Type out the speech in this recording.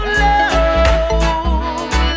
love